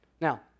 Now